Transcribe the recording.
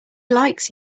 likes